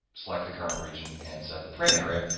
select the current region, and set the print area.